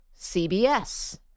CBS